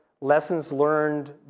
lessons-learned